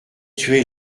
tuer